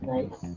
Nice